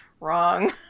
wrong